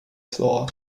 floor